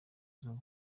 izuba